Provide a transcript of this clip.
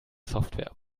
software